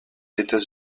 états